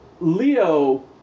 Leo